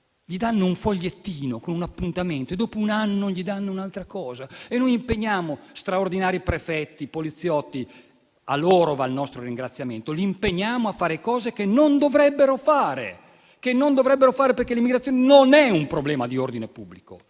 gli danno un fogliettino con un appuntamento e, dopo un anno, gli danno un'altra cosa e noi impegniamo straordinari prefetti, poliziotti - a loro va il nostro ringraziamento - a fare cose che non dovrebbero fare, perché l'immigrazione non è un problema di ordine pubblico.